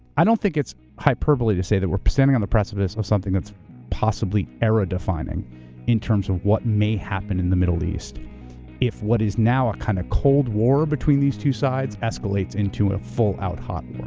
i don't think it's hyperbole to say that we're standing on the precipice of something that's possibly era defining in terms of what my happen in the middle east if what is now a kinda kind of cold war between these two sides escalates into a full out hot war.